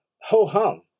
ho-hum